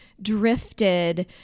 drifted